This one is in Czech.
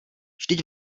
vždyť